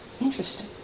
interesting